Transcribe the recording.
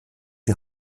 die